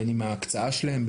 בין אם ההקצאה שלהם,